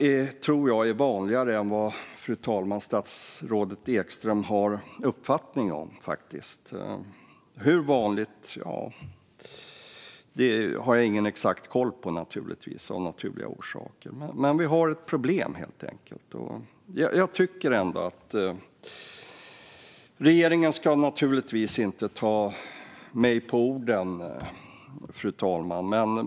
Jag tror att det här är vanligare än vad statsrådet Ekström har uppfattning om. Hur vanligt det är har jag av naturliga orsaker ingen exakt koll på. Men vi har helt enkelt ett problem. Regeringen ska naturligtvis inte ta mig på orden, fru talman.